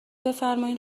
بفرمایین